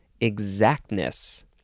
exactness